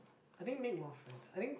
I think make more friends I think